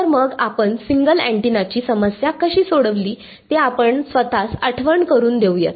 तर मग आपण सिंगल अँटिनाची समस्या कशी सोडवली ते आपण स्वतःस आठवण करून देऊया